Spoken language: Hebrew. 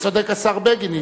צודק השר בגין,